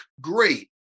great